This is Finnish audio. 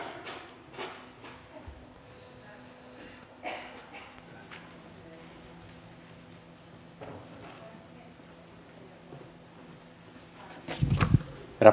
herra puhemies